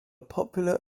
popular